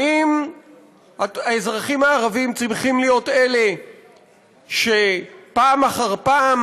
האם האזרחים הערבים צריכים להיות אלה שפעם אחר פעם